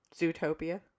Zootopia